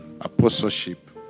apostleship